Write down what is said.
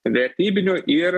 vertybinių ir